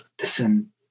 listen